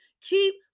keep